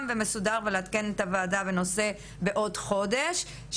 ומסודר ולהביא עדכון לידי הוועדה בנושא בתוך חודש..",